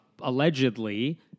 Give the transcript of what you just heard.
allegedly